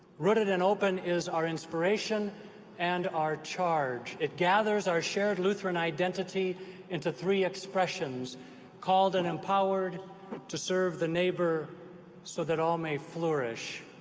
rooted and open is our inspiration and our charge. it gathers our shared lutheran identity into three expressions called and empowered to serve the neighbor so that all may flourish.